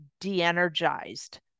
de-energized